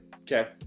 okay